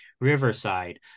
Riverside